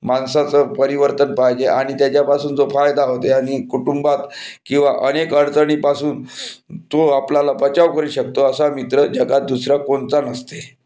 माणसाचं परिवर्तन पाहिजे आणि त्याच्यापासून जो फायदा होते आणि कुटुंबात किंवा अनेक अडचणीपासून तो आपल्याला बचाव करू शकतो असा मित्र जगात दुसरा कोणचा नसते